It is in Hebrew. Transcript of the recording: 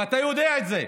ואתה יודע את זה.